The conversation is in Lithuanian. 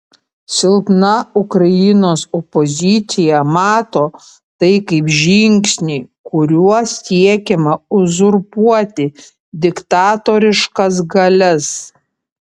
silpna ukrainos opozicija mato tai kaip žingsnį kuriuo siekiama uzurpuoti diktatoriškas galias